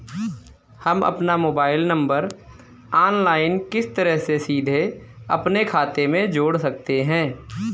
हम अपना mobile number online किस तरह सीधे अपने खाते में जोड़ सकते हैं?